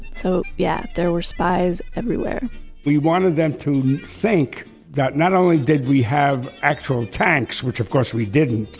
so yeah, there were spies everywhere we wanted them to think that not only did we have actual tanks, which of course we didn't,